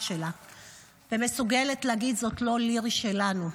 שלה ומסוגלת להגיד: זאת לא לירי שלנו.